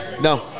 No